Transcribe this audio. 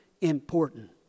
important